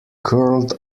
curled